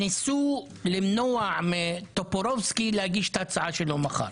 האופוזיציה ניסתה למנוע מטופורובסקי להגיש את ההצעה שלו מחר.